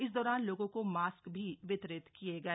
इस दौरान लोगों को मास्क भी वितरित किये गए